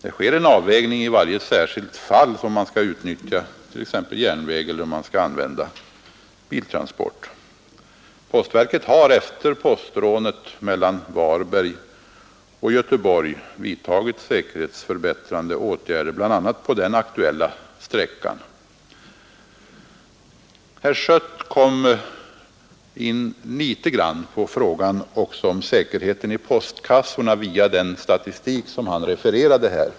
Det sker en avvägning i varje särskilt fall, om man skall utnyttja t.ex. järnväg eller om skall använda biltransport. Herr Schött kom också via den statistik som han refererade något in på frågan om säkerheten i postkassorna.